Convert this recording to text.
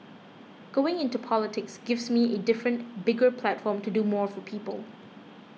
going into politics gives me a different bigger platform to do more for people